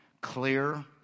clear